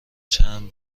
چند